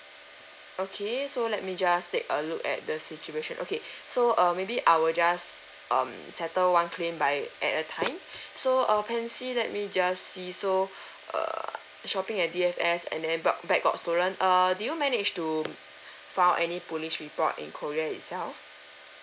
okay so let me just take a look at the situation okay so err maybe I will just um settle one claim by at a time so uh pansy let me just see so err shopping at D_F_S and then bag got stolen err did you manage to file any police report in korea itself